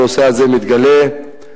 הם מתגלים.